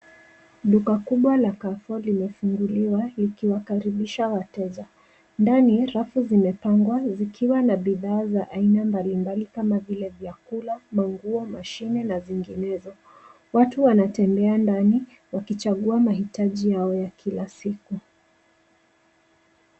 Duka kubwa la Carrefour limefunguliwa, likiwakaribisha wateja. Ndani, rafu zimepangwa zikiwa na bidhaa za aina mbali mbali, kama vile vyakula, manguo, mashine, na zinginezo. Watu wanatembea ndani, wakichagua mahitaji yao ya kila siku.